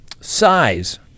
size